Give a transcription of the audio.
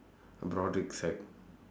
broadrick sec